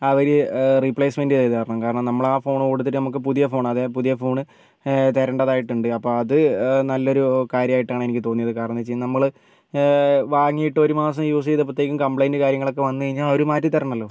അവർ replacement ചെയ്തുതരണം കാരണം നമ്മളാ ഫോൺ കൊടുത്തിട്ട് നമുക്ക് പുതിയ ഫോൺ അതായത് പുതിയ ഫോൺ തരേണ്ടതായിട്ടുണ്ട് അപ്പോൾ അത് നല്ലൊരു കര്യമായിട്ടാണ് എനിക്ക് തോന്നിയത് കാരണമെന്ന് വെച്ച് കഴിഞ്ഞാൽ നമ്മൾ വാങ്ങിയിട്ട് ഒരു മാസം യൂസ് ചെയ്തപ്പോഴത്തേക്കും കമ്പ്ലൈന്റ് കാര്യങ്ങളൊക്കെ വന്ന്കഴിഞ്ഞാൽ അവർ മാറ്റി തരണമല്ലോ